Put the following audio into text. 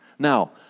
Now